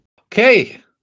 Okay